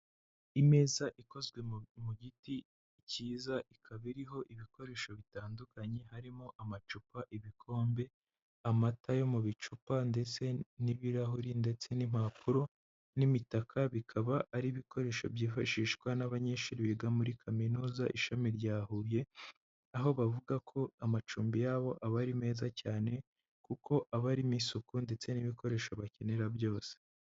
Imeza ikozwe mu giti cyiza ikaba iriho ibikoresho bitandukanye harimo amacupa, ibikombe, amata yo mu bicupa ndetse n'ibirahuri ndetse n'impapuro, n'imitaka bikaba ari ibikoresho byifashishwa n'abanyeshuri biga muri kaminuza ishami rya Huye, aho bavuga ko amacumbi yabo aba ari meza cyane, kuko aba arimo isuku ndetse n'ibikoresho bakenera byose.